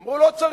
אמרו: לא צריך,